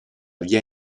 via